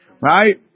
right